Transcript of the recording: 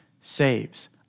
saves